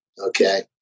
okay